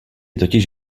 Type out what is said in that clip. totiž